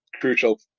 crucial